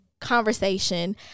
conversation